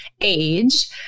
age